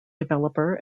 developer